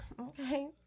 Okay